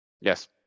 Yes